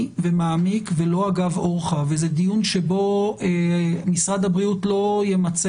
ומעמיק ולא אגב אורחא וזה דיון שבו משרד הבריאות לא ימצה